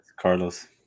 Carlos